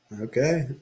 Okay